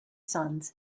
sons